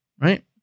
right